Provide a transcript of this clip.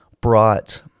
brought